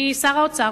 משר האוצר,